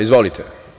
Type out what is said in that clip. Izvolite.